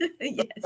Yes